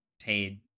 paid